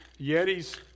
Yeti's